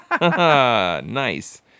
Nice